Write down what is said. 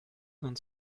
non